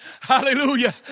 Hallelujah